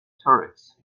tourists